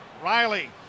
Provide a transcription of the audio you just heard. Riley